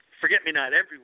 forget-me-not-everywhere